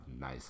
nice